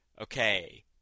okay